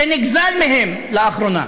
שנגזל מהם לאחרונה,